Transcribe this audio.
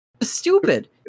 stupid